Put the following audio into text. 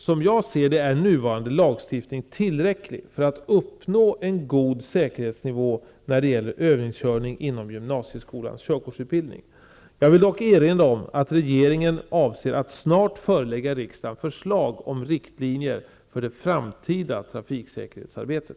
Som jag ser det är nuvarande lagstiftning tillräcklig för att uppnå en god säkerhetsnivå när det gäller övningskörning inom gymnasieskolans körkortsutbildning. Jag vill dock erinra om att regeringen avser att snart förelägga riksdagen förslag om riktlinjer för det framtida trafiksäkerhetsarbetet.